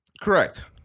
Correct